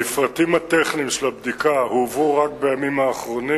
המפרטים הטכניים של הבדיקה הועברו רק בימים האחרונים.